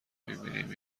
میبینیم